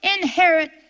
inherit